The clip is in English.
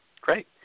Great